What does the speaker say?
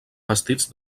vestits